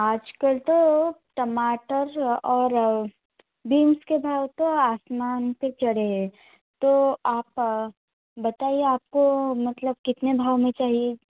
आज कल तो टमाटर और बिन्स के भाव तो आसमान पर चढ़ें हैं तो आप बताइए आपको मतलब कितने भाव में चाहिए